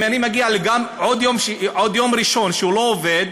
אם אני מגיע לעוד יום, ראשון, שהוא לא עובד,